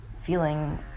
feeling